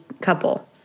couple